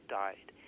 died